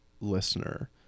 listener